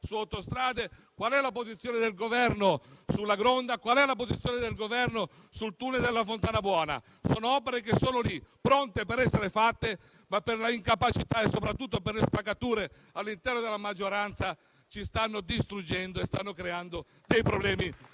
su Autostrade, qual è la posizione del Governo sulla Gronda, qual è la posizione del Governo sul tunnel della Fontanabuona. Sono opere che sono lì, pronte per essere fatte, ma per le quali l'incapacità e soprattutto le spaccature all'interno della maggioranza stanno creando problemi